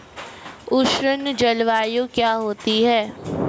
उष्ण जलवायु क्या होती है?